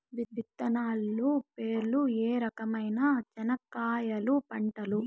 విత్తనాలు పేర్లు ఏ రకమైన చెనక్కాయలు పంటలు?